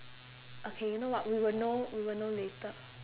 okay you know what we will know we will know later